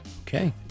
Okay